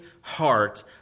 heart